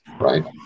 right